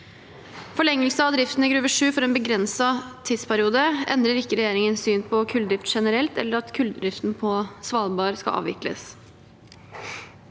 Forlengelse av driften i Gruve 7 for en begrenset tidsperiode endrer ikke regjeringens syn på kulldrift generelt eller på at kulldriften på Svalbard skal avvikles.